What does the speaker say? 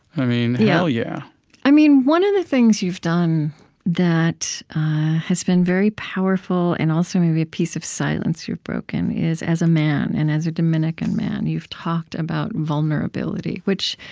i mean here yeah i mean one of the things you've done that has been very powerful, and also, maybe, a piece of silence you've broken is, as a man and as a dominican man, you've talked about vulnerability, which